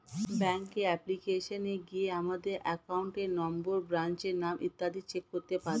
ব্যাঙ্কের অ্যাপ্লিকেশনে গিয়ে আমাদের অ্যাকাউন্ট নম্বর, ব্রাঞ্চের নাম ইত্যাদি চেক করতে পারি